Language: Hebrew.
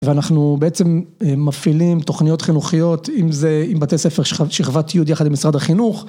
ואנחנו בעצם אה, מפעילים תוכניות חינוכיות, אם זה עם בתי ספר שכבת י' יחד עם משרד החינוך